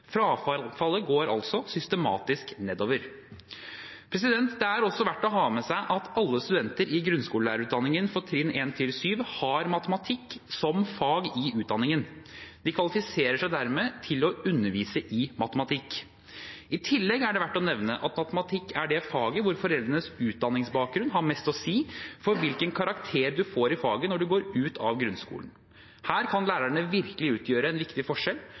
Frafallet går altså systematisk nedover. Det er også verdt å ha med seg at alle studenter i grunnskolelærerutdanningen for trinn 1–7 har matematikk som fag i utdanningen. De kvalifiserer seg dermed til å undervise i matematikk. I tillegg er det verdt å nevne at matematikk er det faget hvor foreldrenes utdanningsbakgrunn har mest å si for hvilken karakter du får i faget når du går ut av grunnskolen. Her kan lærerne virkelig utgjøre en viktig forskjell.